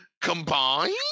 Combined